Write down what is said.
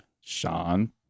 Sean